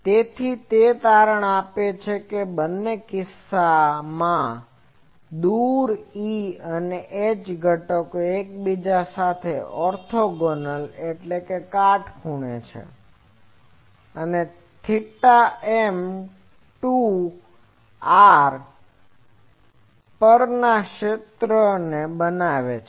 તેથી તે તારણ આપે છે કે બંને કિસ્સાઓમાં દૂર E અને H ઘટકો એકબીજા સાથે ઓર્થોગોનલ કાટખૂણેorthogonal છે અને TM ટુ r પ્રકારનાં ક્ષેત્રો બનાવે છે